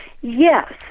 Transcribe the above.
Yes